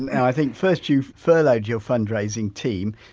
and and i think first you've furloughed your fundraising team,